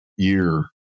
year